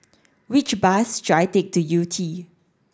which bus should I take to Yew Tee